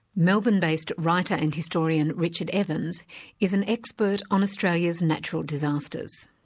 melbourne-based writer and historian richard evans is an expert on australia's natural disasters.